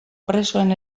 presoen